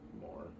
more